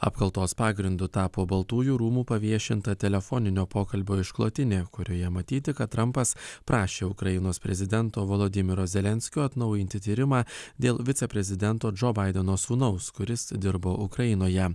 apkaltos pagrindu tapo baltųjų rūmų paviešinta telefoninio pokalbio išklotinė kurioje matyti kad trampas prašė ukrainos prezidento volodymyro zelenskio atnaujinti tyrimą dėl viceprezidento džo baideno sūnaus kuris dirbo ukrainoje